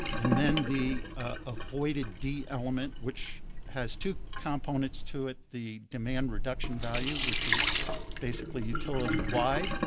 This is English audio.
and then the avoided d element which has two components to it, the demand reduction value which is basically utility wide,